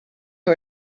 who